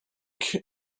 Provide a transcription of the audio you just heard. think